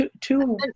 two